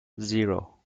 zero